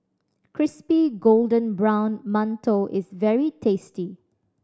crispy golden brown mantou is very tasty